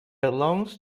belongs